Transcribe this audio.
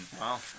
Wow